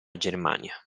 germania